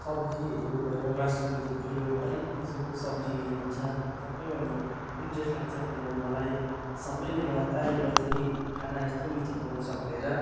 सब्जीहरू भयो मासुहरू भयो हरेक किसिमको सब्जीहरू हुन्छ सबैमा म इन्ट्रेस्ट लाग्छ बनाउनु मलाई सबैले मलाई तारिफ गर्छ कि खाना यस्तो मिठो बनाउँछ भनेर